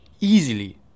easily